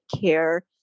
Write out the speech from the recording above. care